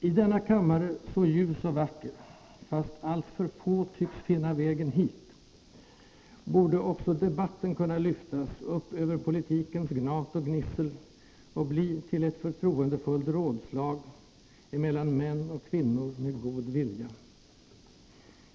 I denna kammare, så ljus och vacker, — fast alltför få tycks finna vägen hit — borde också debatten kunna lyftas upp över politikens gnat och gnissel och bli till ett förtroendefullt rådslag emellan män och kvinnor med god vilja.